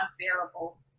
unbearable